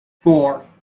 four